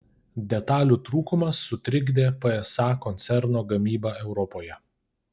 detalių trūkumas sutrikdė psa koncerno gamybą europoje